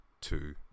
two